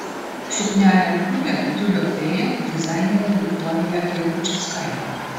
suknelę kūrė tiulio fėja dizainerė viktorija jakučinskaitė